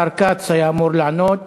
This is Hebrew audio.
השר כץ היה אמור לענות,